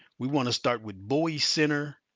we wanna start with bowie center.